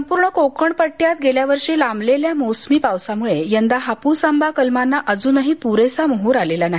संपूर्ण कोकण पट्ट्यात गेल्या वर्षी लांबलेल्या मोसमी पावसामुळे यंदा हापूस आंबा कलमांना अजूनही पुरेसा मोहोर आलेला नाही